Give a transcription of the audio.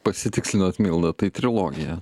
pasitikslinot milda tai trilogija